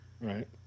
Right